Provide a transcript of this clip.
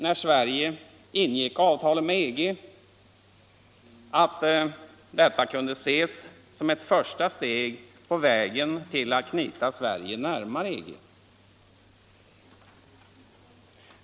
När Sverige ingick avtalet med EG, sade vi att detta kunde ses som ett första steg på vägen till att knyta Sverige närmare EG.